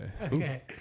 okay